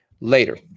later